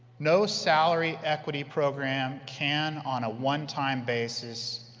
no salary equity program can, on a one-time basis,